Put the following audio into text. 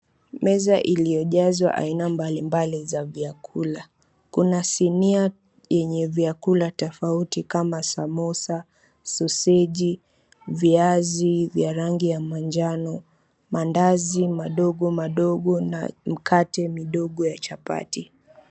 Meza iliyojazwa aina mbali mbali za vyakula. Kuna sinia yenye vyakula tofauti kama samosa, soseji , viazi vya rangi ya manjano , mandazi madogo madogo na mkate midogo ya chapati.